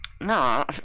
No